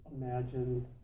imagined